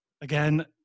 Again